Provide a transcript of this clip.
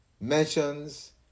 mentions